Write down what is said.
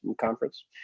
conference